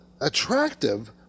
attractive